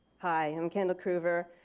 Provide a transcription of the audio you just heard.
hi. i'm kendahl cruver.